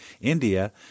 India